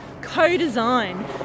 co-design